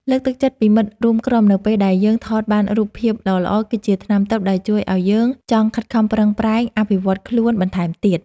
លើកទឹកចិត្តពីមិត្តរួមក្រុមនៅពេលដែលយើងថតបានរូបភាពល្អៗគឺជាថ្នាំទិព្វដែលជួយឱ្យយើងចង់ខិតខំប្រឹងប្រែងអភិវឌ្ឍខ្លួនបន្ថែមទៀត។